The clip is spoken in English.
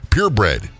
Purebred